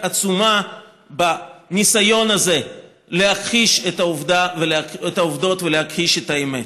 עצומה מול הניסיון הזה להכחיש את העובדות ולהכחיש את האמת.